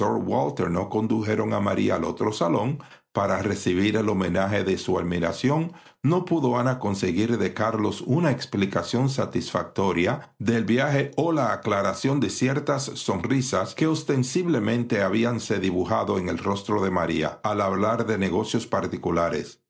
no condujeron a maría al otro salón para recibir el homenaje de su admiración no pudo ana conseguir de carlo una explicación satisfactoria del viaje o la aclaración de ciertas sonrisas que ostensiblemente habíanse dibujado en el rostro de maría al hablar de negocios particulares